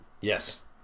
yes